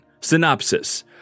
Synopsis